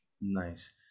Nice